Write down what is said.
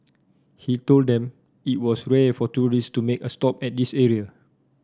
he told them that it was rare for tourist to make a stop at this area